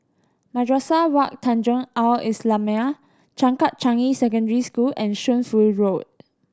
Madrasah Wak Tanjong Al Islamiah Changkat Changi Secondary School and Shunfu Road